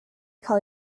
call